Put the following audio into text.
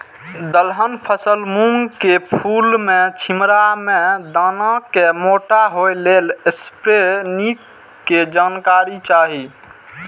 दलहन फसल मूँग के फुल में छिमरा में दाना के मोटा होय लेल स्प्रै निक के जानकारी चाही?